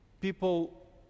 people